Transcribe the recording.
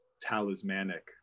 talismanic